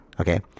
okay